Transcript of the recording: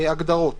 הגדרות